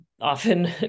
often